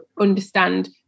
understand